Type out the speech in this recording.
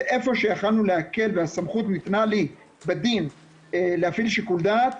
ואיפה שיכלנו להקל והסמכות ניתנה לי בדין להפעיל שיקול דעת,